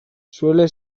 suele